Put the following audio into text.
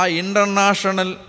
international